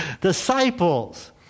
Disciples